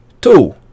Two